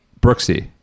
Brooksy